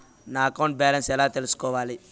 నా account balance ఎలా తెల్సుకోవాలి